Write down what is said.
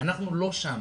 אנחנו לא שם.